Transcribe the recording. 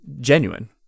genuine